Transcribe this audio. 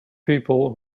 people